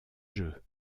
jeux